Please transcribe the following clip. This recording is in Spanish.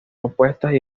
opuestas